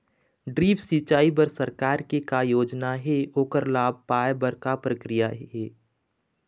Drip सिचाई बर सरकार के का योजना हे ओकर लाभ पाय बर का प्रक्रिया हे?